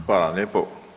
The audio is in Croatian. Hvala vam lijepo.